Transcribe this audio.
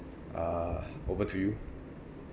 uh over to you